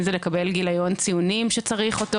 אם זה לקבל גיליון ציונים שצריך אותו